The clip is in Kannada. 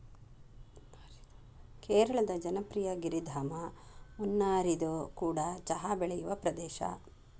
ಕೇರಳದ ಜನಪ್ರಿಯ ಗಿರಿಧಾಮ ಮುನ್ನಾರ್ಇದು ಕೂಡ ಚಹಾ ಬೆಳೆಯುವ ಪ್ರದೇಶ